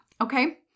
Okay